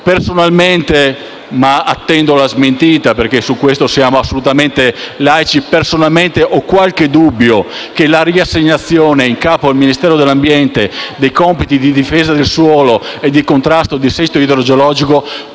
Personalmente - ma attendo la smentita, perché su questo siamo assolutamente laici - ho qualche dubbio che la riassegnazione in capo al Ministero dell'ambiente dei compiti di difesa del suolo e di contrasto al dissesto idrogeologico